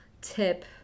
tip